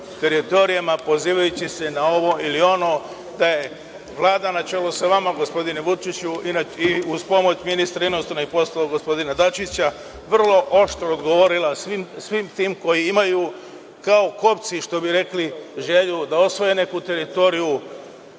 teritorijama, pozivajući se na ovo ili ono, da je Vlada na čelu sa vama, gospodine Vučiću, i uz pomoć ministra inostranih poslova, gospodina Dačića, vrlo oštro odgovorila svim tim koji imaju kao kobci, što bi rekli, želju da osvoje neku teritoriju